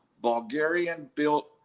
Bulgarian-built